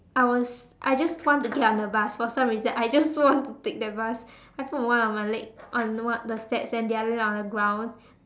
I was I just want to get on the bus for some reason I just want to take that bus I put one of my leg on one of the steps and the other leg on the ground